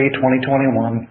2021